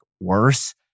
worse